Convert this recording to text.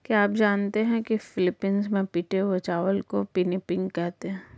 क्या आप जानते हैं कि फिलीपींस में पिटे हुए चावल को पिनिपिग कहते हैं